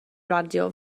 radio